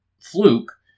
fluke